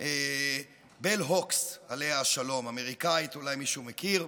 בל הוקס, עליה השלום, אמריקאית, אולי מישהו מכיר.